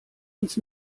uns